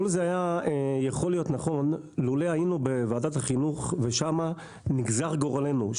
כל זה היה יכול להיות נכון לולא היינו בוועדת החינוך ושם נגזר גורלנו,